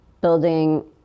building